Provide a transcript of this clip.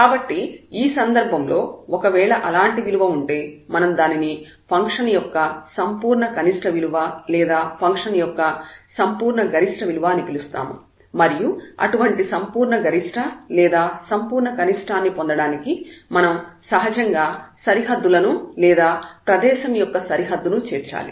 కాబట్టి ఆ సందర్భంలో ఒకవేళ అలాంటి విలువ ఉంటే మనం దానిని ఫంక్షన్ యొక్క సంపూర్ణ కనిష్ట విలువ లేదా ఫంక్షన్ యొక్క సంపూర్ణ గరిష్ట విలువ అని పిలుస్తాము మరియు అటువంటి సంపూర్ణ గరిష్ట లేదా సంపూర్ణ కనిష్ఠాన్ని పొందడానికి మనం సహజంగా సరిహద్దు బౌండరీ లను లేదా ప్రదేశం యొక్క సరిహద్దు ను చేర్చాలి